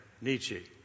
Nietzsche